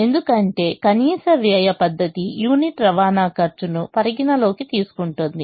ఎందుకంటే కనీస వ్యయ పద్ధతి యూనిట్ రవాణా ఖర్చు ను పరిగణనలోకి తీసుకుంటుంది